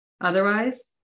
otherwise